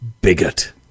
Bigot